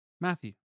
Matthew